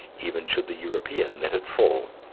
even should the european let it fall.